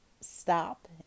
stop